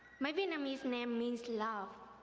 my vietnamese name means love.